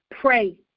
Pray